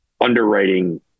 underwriting